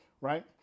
Right